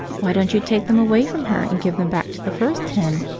why don't you take them away from her and give them back to the first hen,